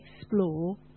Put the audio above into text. explore